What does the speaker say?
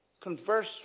Converse